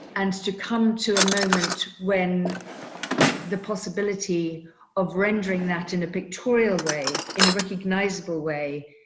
and to come to a moment when the possibility of rendering that in a pictorial way, in a recognizable way,